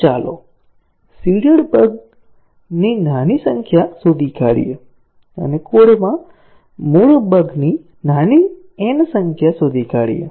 અને ચાલો seeded bug ની નાની સંખ્યા શોધી કાઢીએ અને કોડમાં મૂળ બગ ની નાની n સંખ્યા શોધી કાીએ